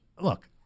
look